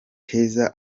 keza